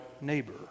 neighbor